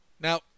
Now